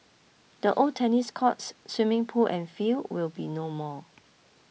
the old tennis courts swimming pool and field will be no more